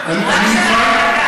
לא, תענה לי.